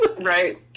Right